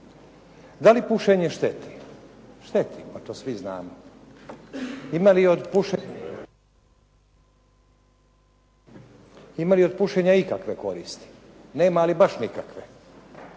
Da li pušenje šteti? Šteti, pa to svi znamo. Ima li od pušenja koristi? Ima li od pušenja ikakve